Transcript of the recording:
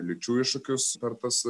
liūčių iššūkius per tas